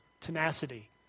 Tenacity